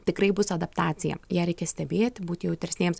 tikrai bus adaptacija ją reikia stebėti būti jautresniems